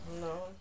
No